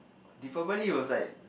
Diwali was like